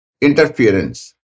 interference